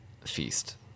feast